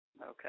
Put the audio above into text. Okay